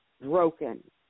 broken